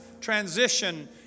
transition